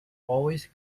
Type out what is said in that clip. always